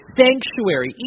sanctuary